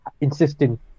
insisting